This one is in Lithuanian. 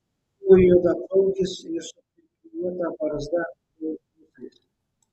jis buvo juodaplaukis ir su priklijuota barzda bei ūsais